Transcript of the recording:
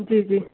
जी जी